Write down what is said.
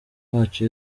wacu